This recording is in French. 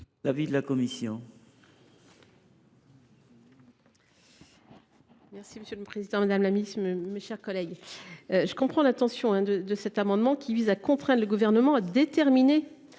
l’avis de la commission